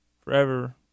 forever